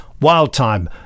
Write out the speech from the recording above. Wildtime